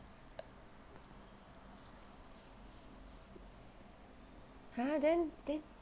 !huh! then then